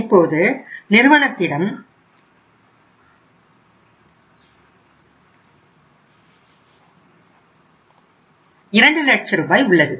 இப்போது நிறுவனத்திடம் 2 லட்ச ரூபாய் உள்ளது